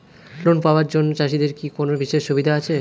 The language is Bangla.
লোন পাওয়ার জন্য চাষিদের কি কোনো বিশেষ সুবিধা আছে?